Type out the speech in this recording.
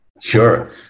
sure